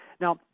Now